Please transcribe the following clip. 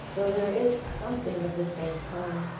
though there is something of the same kind,